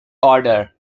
order